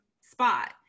spot